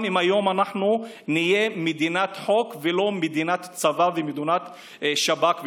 אם נהיה מדינת חוק ולא מדינת צבא ומדינת השב"כ והמוסד.